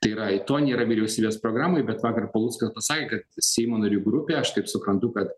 tai yra i to nėra vyriausybės programoj bet vakar paluckas pasakė ka seimo narių grupė aš kaip suprantu kad